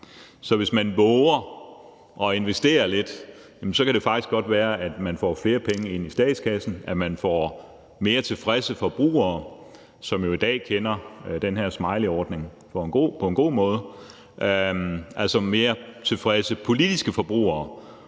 Så hvis man vover at investere lidt, kan det faktisk godt være, at man både får flere penge i statskassen, og at man får mere tilfredse forbrugere, som jo i dag kender den her smileyordning på en god måde, altså mere tilfredse politiske forbrugere,